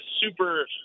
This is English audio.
super